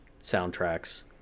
soundtracks